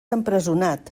empresonat